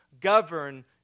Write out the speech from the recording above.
govern